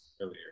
earlier